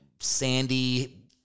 sandy